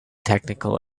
technical